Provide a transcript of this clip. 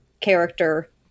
character